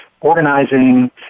organizing